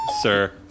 Sir